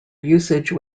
usage